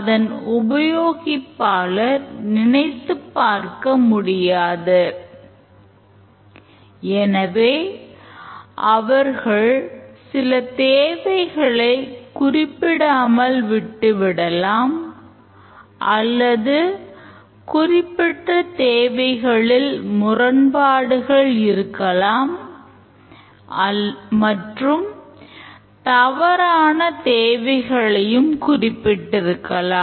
ஆனால் ஏதேனும் மாற்றங்கள் தேவைப்படும் போது அவர்கள் இதுவரை செய்த வேலைகள் அனைத்தையும் மீண்டும் செய்யவேண்டியிருக்கும் அதாவது திட்டத்தை மீண்டும் உருவாக்க வேண்டும் மற்றும் வடிவமைப்பையும் மாற்ற வேண்டும்